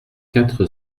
quatre